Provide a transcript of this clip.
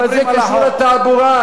אבל זה קשור לתעבורה,